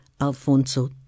Alfonso